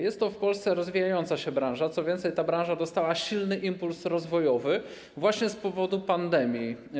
Jest to w Polsce rozwijająca się branża, co więcej, ta branża dostała silny impuls do rozwoju właśnie w związku z pandemią.